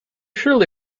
surely